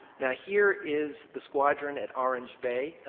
now here is the squadron at orange bay.